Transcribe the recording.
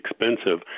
expensive